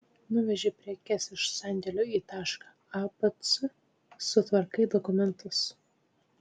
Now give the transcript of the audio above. nuveži prekes iš sandėlio į tašką a b c sutvarkai dokumentus